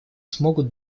смогут